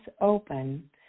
open